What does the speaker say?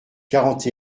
quarante